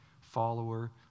follower